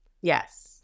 Yes